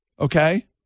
okay